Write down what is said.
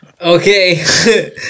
Okay